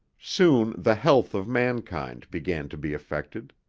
soon the health of mankind began to be affected.